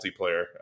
multiplayer